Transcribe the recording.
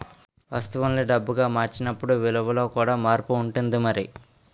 వస్తువుల్ని డబ్బుగా మార్చినప్పుడు విలువలో కూడా మార్పు ఉంటుంది మరి